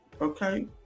okay